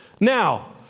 Now